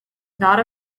not